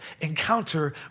encounter